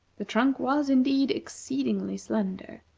the trunk was, indeed, exceedingly slender,